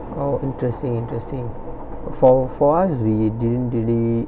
oh interesting interesting for for us we didn't really